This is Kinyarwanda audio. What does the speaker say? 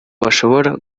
bashobora